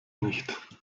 nicht